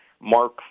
Mark